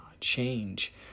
change